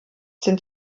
sind